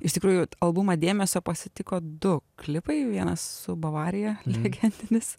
iš tikrųjų albumą dėmesio pasitiko du klipai vienas su bavarija legendinis